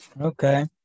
okay